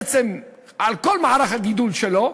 בעצם על כל מערך הגידול שלו,